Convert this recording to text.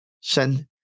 send